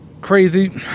crazy